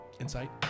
insight